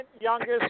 youngest